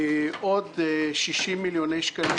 עוד 60 מיליוני שקלים,